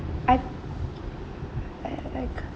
I l~ like